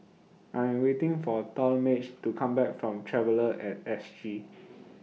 I Am waiting For Talmage to Come Back from Traveller At S G